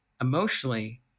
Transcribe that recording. emotionally